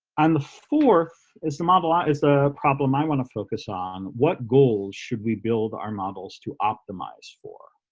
and the fourth is the model ah is the problem i want to focus on what goals should we build our models to optimize for.